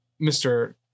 Mr